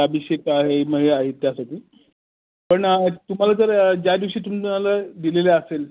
अभिषेक आहे मग हे आहे त्यासाठी पण तुम्हाला जर ज्या दिवशी तुम्हाला दिलेले असेल